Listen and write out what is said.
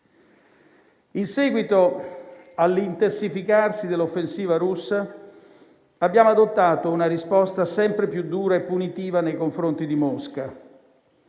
In seguito all'intensificarsi dell'offensiva russa abbiamo adottato una risposta sempre più dura e punitiva nei confronti di Mosca.